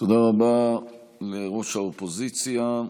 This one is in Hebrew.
תודה רבה לראש האופוזיציה.